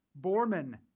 Borman